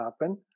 happen